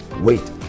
Wait